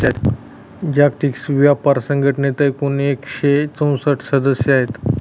जागतिक व्यापार संघटनेत एकूण एकशे चौसष्ट सदस्य आहेत